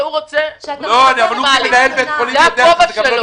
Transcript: הוא מנהל בית חולים ויודע.